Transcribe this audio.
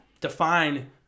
define